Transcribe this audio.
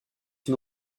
une